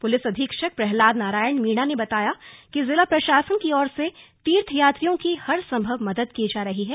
police अधीक्षक प्रह्लाद नारायण मीणा ने बताया कि जिला प्रशासन की ओर से तीर्थयात्रियों की हर संभव मदद की जा रही है